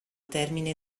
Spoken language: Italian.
termine